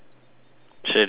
食立方